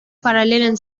parallelen